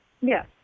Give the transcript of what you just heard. Yes